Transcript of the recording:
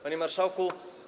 Panie Marszałku!